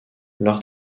leur